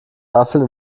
waffeln